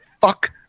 Fuck